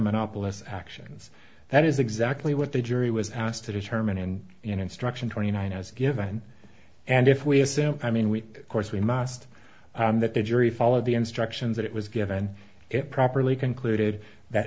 monopolists actions that is exactly what the jury was asked to determine in an instruction twenty nine i was given and if we assume i mean week course we must that the jury followed the instructions that it was given it properly concluded that